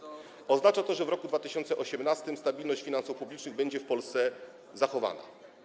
Oznacza to, że w roku 2018 stabilność finansów publicznych będzie w Polsce zachowana.